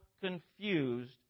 confused